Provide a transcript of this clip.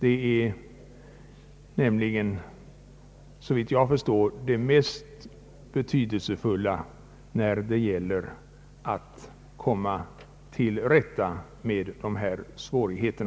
Detta är nämligen, såvitt jag förstår, det mest betydelsefulla när det gäller att komma till rätta med brottsligheten.